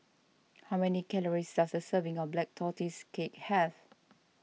how many calories does a serving of Black Tortoise Cake have